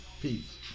peace